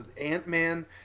Ant-Man